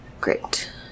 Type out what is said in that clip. Great